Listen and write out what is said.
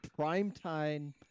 primetime